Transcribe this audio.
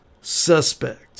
suspect